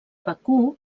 bakú